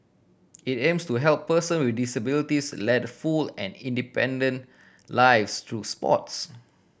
it aims to help person with disabilities lead full and independent lives through sports